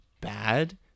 bad